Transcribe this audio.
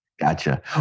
Gotcha